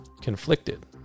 conflicted